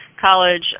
college